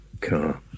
car